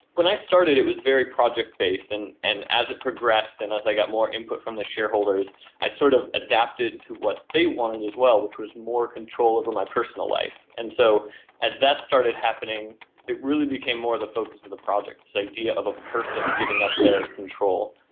when i started it was very project-based, and and as it progressed and as i got more input input from the shareholders i sort of adapted to what they wanted as well, which was more control over my personal life. and so as that started happening it really became more the focus of the project, this idea of a person giving up their control.